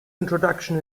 introduction